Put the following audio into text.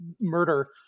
murder